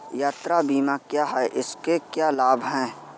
यात्रा बीमा क्या है इसके क्या लाभ हैं?